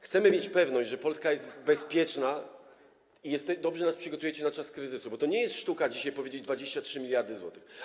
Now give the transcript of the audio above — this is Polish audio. Chcemy mieć pewność, że Polska jest bezpieczna i dobrze nas przygotujecie na czas kryzysu, bo to nie jest sztuka dzisiaj powiedzieć: 23 mld zł.